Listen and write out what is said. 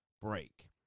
break